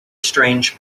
strange